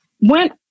went